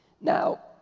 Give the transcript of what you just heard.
Now